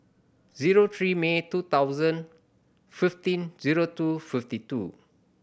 zero three May two thousand fifteen zero two fifty two